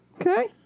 Okay